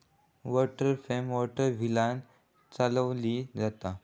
water frame water व्हीलांन चालवली जाता